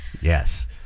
Yes